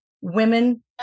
Women